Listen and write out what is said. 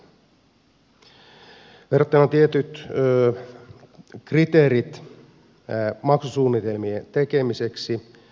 verottajalla on tietyt kriteerit maksusuunnitelmien tekemiseksi